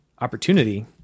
opportunity